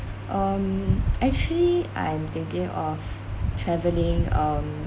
um actually I'm thinking of travelling um